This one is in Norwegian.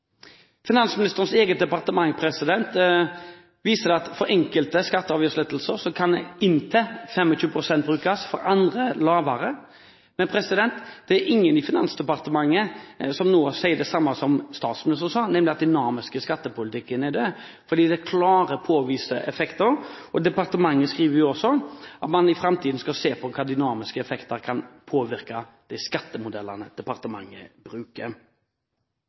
Finansministerens eget departement viser at for enkelte skatte- og avgiftslettelser kan inntil 25 pst. brukes, for andre lavere. Men det er ingen i Finansdepartementet som nå sier det samme som statsministeren sa, nemlig at den dynamiske skattepolitikken er død. For det er klare påviste effekter, og departementet skriver også at man i framtiden skal se på hvordan dynamiske effekter kan påvirke de skattemodellene departementet bruker.